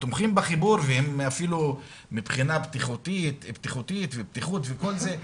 הם תומכים בחיבור והם אפילו מבחינה בטיחותית ובטיחות וכל זה,